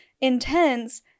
intense